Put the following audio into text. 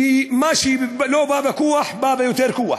שמה שלא בא בכוח בא ביותר כוח?